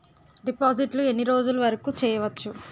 డిపాజిట్లు ఎన్ని రోజులు వరుకు చెయ్యవచ్చు?